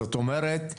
זאת אומרת,